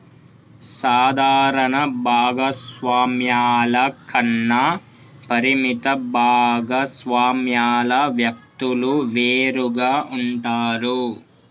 సాధారణ భాగస్వామ్యాల కన్నా పరిమిత భాగస్వామ్యాల వ్యక్తులు వేరుగా ఉంటారు